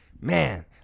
man